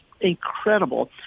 incredible